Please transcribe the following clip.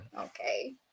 Okay